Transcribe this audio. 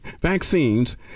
vaccines